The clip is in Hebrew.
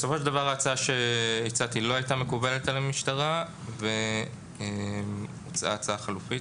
בסופו של דבר ההצעה שהצעתי לא הייתה מקובלת על המשטרה והוצעה חלופית.